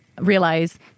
realize